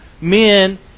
men